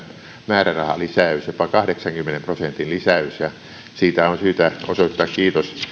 määrärahalisäys jopa kahdeksankymmenen prosentin lisäys ja siitä on syytä osoittaa kiitos